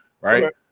right